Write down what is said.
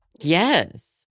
yes